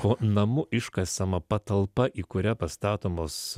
po namu iškasama patalpa į kurią pastatomos